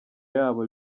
yabo